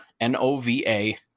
N-O-V-A